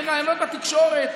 בראיונות לתקשורת,